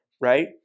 right –